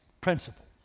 principle